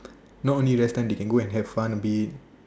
not only rest time they can go and have fun abit